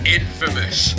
infamous